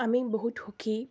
আমি বহুত সুখী